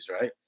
right